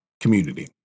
community